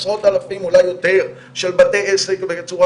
עשרות אלפים ואולי יותר של בתי עסק בצורה